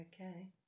Okay